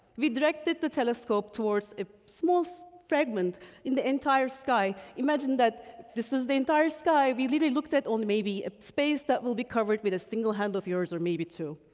we directed the telescope towards a small fragment in the entire sky. imagine that this is the entire sky. we really looked at only maybe a space that will be covered with a single hand of yours, or maybe two.